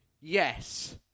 Yes